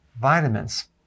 vitamins